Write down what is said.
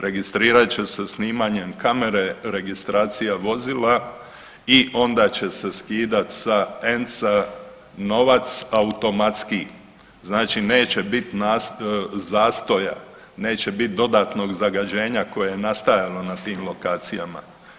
Registrirat će se snimanjem kamare registracija vozila i onda će se skidat sa ENC-a novac automatski, znači neće bit zastoja, neće biti dodatnog zagađenja koje je nastajalo na tim lokacijama.